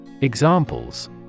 Examples